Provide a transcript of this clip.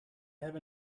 have